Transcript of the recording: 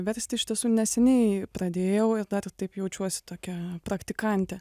versti iš tiesų neseniai pradėjau ir dar taip jaučiuosi tokia praktikantė